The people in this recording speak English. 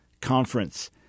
Conference